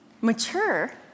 mature